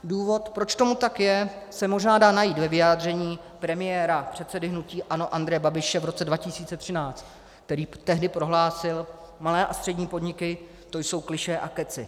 Důvod, proč tomu tak je, se možná dá najít ve vyjádření premiéra, předsedy hnutí ANO Andreje Babiše v roce 2013, který tehdy prohlásil: Malé a střední podniky, to jsou klišé a kecy.